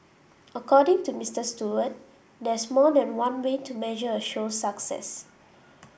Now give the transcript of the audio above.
according to Mister Stewart there's more than one way to measure a show's success